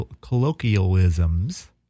colloquialisms